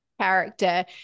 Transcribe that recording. character